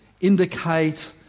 indicate